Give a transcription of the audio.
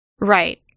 Right